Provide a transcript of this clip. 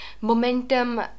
momentum